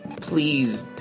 please